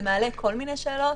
זה מעלה כל מיני שאלות,